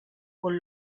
con